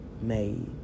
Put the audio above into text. made